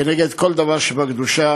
נגד כל דבר שבקדושה,